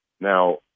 Now